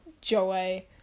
Joy